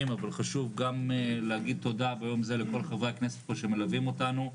אבל חשוב גם להגיד תודה ביום זה לכל חברי הכנסת שמלווים אותנו,